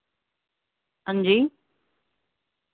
हांजी